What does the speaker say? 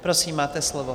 Prosím, máte slovo.